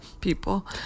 people